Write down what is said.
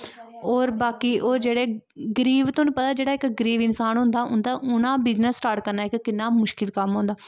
होर बाकी ओह् जेह्ड़े गरीब तोआनू पता ऐ जेह्ड़ा इक गरीब इंसान होंदा उं'दा उ'नें बिज़नेस स्टार्ट करना इक किन्ना मुश्कल होंदा